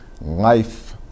life